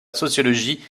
sociologie